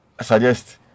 Suggest